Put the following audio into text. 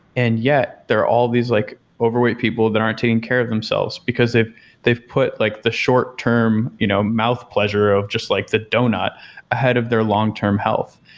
and there are all these like overweight people that aren't taking care of themselves, because they've they've put like the short term you know mouth pleasure of just like the doughnut ahead of their long-term health,